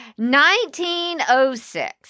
1906